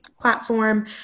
platform